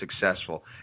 successful